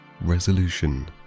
resolution